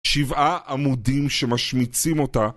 שבעה עמודים שמשמיצים אותה